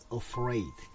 afraid